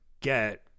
get